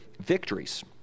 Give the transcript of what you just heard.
victories